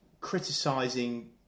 criticising